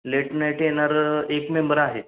late night येणारं एक member आहे